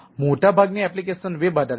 મોટાભાગની એપ્લિકેશનો વેબ આધારિત છે